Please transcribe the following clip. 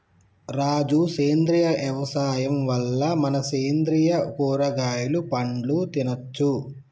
రాజు సేంద్రియ యవసాయం వల్ల మనం సేంద్రియ కూరగాయలు పండ్లు తినచ్చు